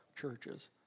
churches